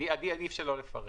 עדיף שלא לפרט.